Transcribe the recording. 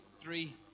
three